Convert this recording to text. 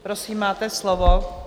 Prosím, máte slovo.